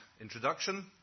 introduction